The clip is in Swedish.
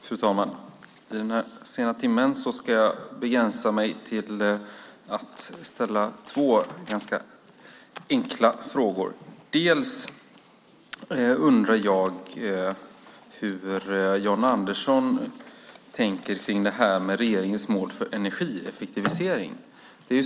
Fru talman! I denna sena timme ska jag begränsa mig till att ställa två ganska enkla frågor. Jag undrar hur Jan Andersson tänker kring det här med regeringens mål för energieffektivisering.